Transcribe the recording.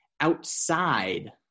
outside